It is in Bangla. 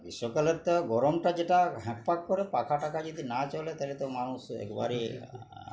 গ্রীষ্মকালের তো গরমটা যেটা হাঁকুপাঁকু করে পাখা টাকা যদি না চলে তালে তো মানুষ একবারেই